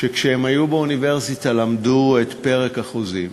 וכשהם היו באוניברסיטה הם למדו את פרק החוזים